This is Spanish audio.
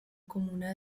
comuna